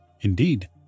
Indeed